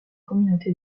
communauté